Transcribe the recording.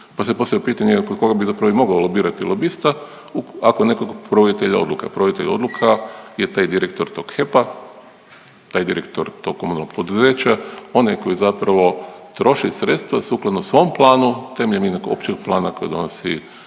pa se postavlja pitanje jel kod koga bi zapravo i mogao lobirati lobista ako ne kod nekog provoditelja odluka. Provoditelj odluka je taj direktor tog HEP-a, taj direktor tog komunalnog poduzeća onaj koji zapravo troši sredstva sukladno svom planu temeljem jednog općeg plana koji donosi